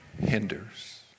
hinders